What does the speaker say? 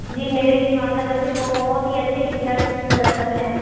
جی میرے بھی ماشاء اللہ سے بہت ہی اچھے ٹیچرس سب ہیں